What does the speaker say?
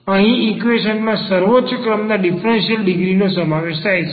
અહીં ઈક્વેશન માં સર્વોચ્ચ ક્રમના ડીફરન્સીયલ ડિગ્રીનો સમાવેશ થાય છે